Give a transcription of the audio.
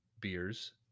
beers